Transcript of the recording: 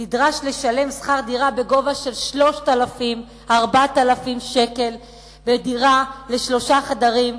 נדרש לשלם שכר דירה בגובה של 3,000 4,000 שקלים לדירת שלושה חדרים,